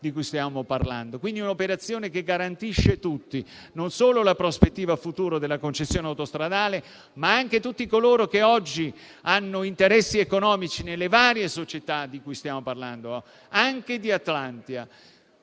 di un'operazione che garantisce tutti: non solo la prospettiva futura della concessione autostradale, ma anche tutti coloro che oggi hanno interessi economici nelle varie società di cui stiamo parlando e anche Atlantia.